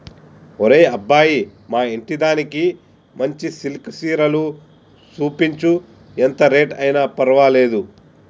ఒరే అబ్బాయి మా ఇంటిదానికి మంచి సిల్కె సీరలు సూపించు, ఎంత రేట్ అయిన పర్వాలేదు